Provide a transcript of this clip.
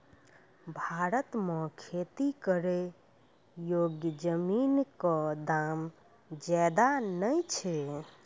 भारत मॅ खेती करै योग्य जमीन कॅ दाम ज्यादा नय छै